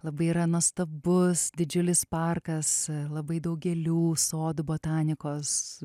labai yra nuostabus didžiulis parkas labai daug gėlių sodų botanikos